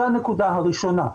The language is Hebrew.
זו הנקודה הראשונה.